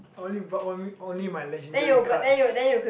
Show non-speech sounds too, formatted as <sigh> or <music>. only brought one <noise> only my legendary cards